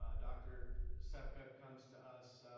ah dr. so vosejpka comes to us